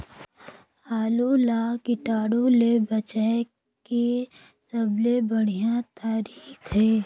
आलू ला कीटाणु ले बचाय के सबले बढ़िया तारीक हे?